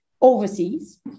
overseas